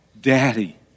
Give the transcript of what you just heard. daddy